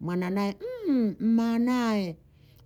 mwana nae mma nae